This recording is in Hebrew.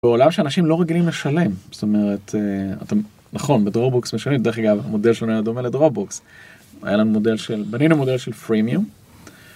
בעולם שאנשים לא רגילים לשלם זאת אומרת אתה נכון בדרובוקס משנה דרך אגב המודל שלנו דומה לדרובוקס היה לנו מודל של בנינו מודל של פרימיום.